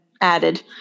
added